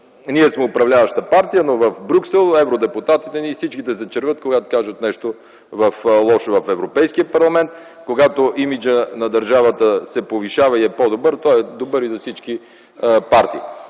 ние сме управляваща партия, но в Брюксел всичките ни евродепутати се червят, когато кажат нещо лошо в Европейския парламент, а когато имиджът на държавата се повишава и е по-добър, той е добър и за всички партии.